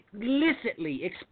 illicitly